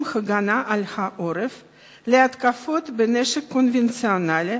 ההגנה על העורף מפני התקפות בנשק קונבנציונלי,